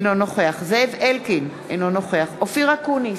אינו נוכח זאב אלקין, אינו נוכח אופיר אקוניס,